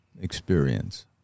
experience